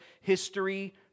History